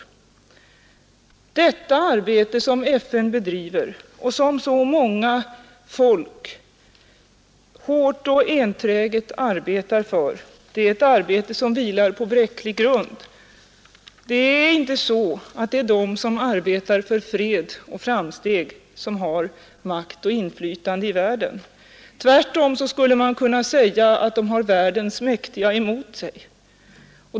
Detta arbete som FN bedriver och som så många folk hårt och enträget samverkar för vilar på bräcklig grund. Det är inte de som arbetar för fred och framsteg som har makt och inflytande i världen. Tvärtom skulle man kunna säga att de har världens mäktiga emot sig.